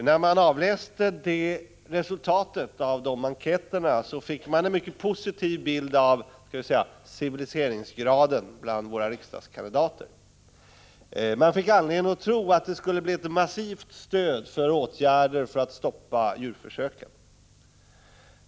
När man avläste resultatet av enkäten fick man en mycket positiv bild av civiliseringsgraden bland våra riksdagskandidater. Man fick anledning att tro att det skulle bli ett massivt stöd för åtgärder för att stoppa djurförsöken.